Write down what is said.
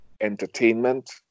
entertainment